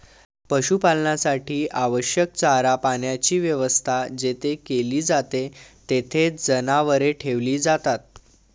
पशुपालनासाठी आवश्यक चारा पाण्याची व्यवस्था जेथे केली जाते, तेथे जनावरे ठेवली जातात